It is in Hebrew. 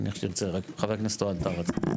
חבר הכנסת אוהד טל.